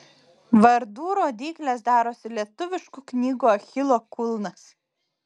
vardų rodyklės darosi lietuviškų knygų achilo kulnas